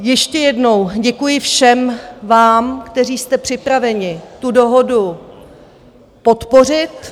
Ještě jednou děkuji všem, vám, kteří jste připraveni tu dohodu podpořit.